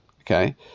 okay